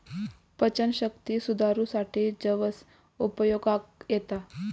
पचनशक्ती सुधारूसाठी जवस उपयोगाक येता